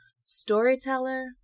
storyteller